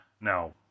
Now